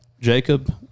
Jacob